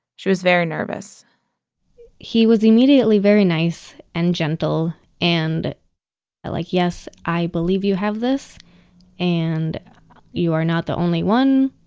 she was very nervous he was immediately very nice and gentle and like yes, i believe you have this and you are not the only one.